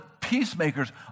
peacemakers